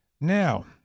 Now